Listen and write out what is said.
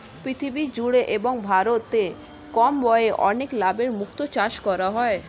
পৃথিবী জুড়ে এবং ভারতে কম ব্যয়ে অনেক লাভে মুক্তো চাষ করা হয়